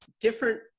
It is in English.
different